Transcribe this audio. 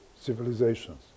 civilizations